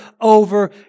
over